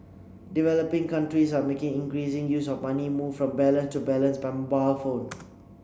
developing countries are making increasing use of money moved from balance to balance by mobile phone